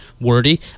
Wordy